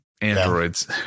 androids